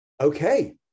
Okay